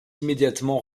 immédiatement